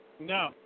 No